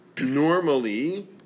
normally